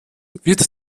wird